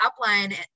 upline